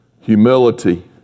humility